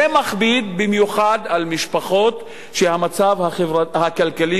זה מכביד במיוחד על משפחות שהמצב הכלכלי